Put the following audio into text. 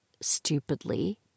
stupidly